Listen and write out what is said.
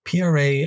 PRA